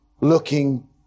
looking